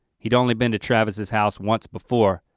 he'd only been to travis's house once before,